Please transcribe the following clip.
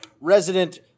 resident